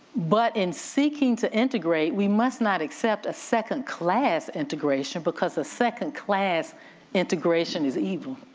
but in seeking to integrate, we must not accept a second-class integration because the second-class integration is evil,